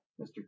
Mr